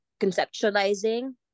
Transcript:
conceptualizing